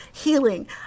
healing